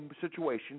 situation